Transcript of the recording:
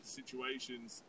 situations